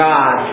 God